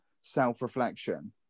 self-reflection